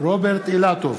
רוברט אילטוב,